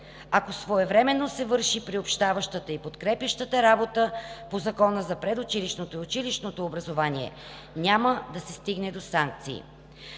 Ако своевременно се върши приобщаващата и подкрепящата работа по Закона за предучилищното и училищното образование, няма да се стига до санкции.